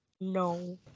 No